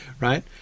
right